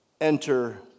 Enter